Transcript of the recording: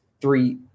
three